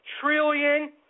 trillion